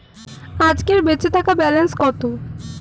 আজকের বেচে থাকা ব্যালেন্স কত?